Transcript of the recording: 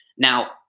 Now